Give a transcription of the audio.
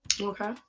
Okay